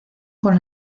con